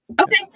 Okay